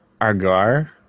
Argar